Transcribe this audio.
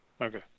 Okay